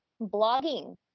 Blogging